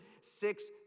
six